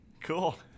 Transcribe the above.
cool